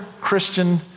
Christian